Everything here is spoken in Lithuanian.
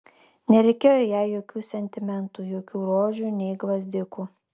nereikėjo jai jokių sentimentų jokių rožių nei gvazdikų